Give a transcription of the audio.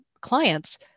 clients